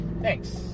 thanks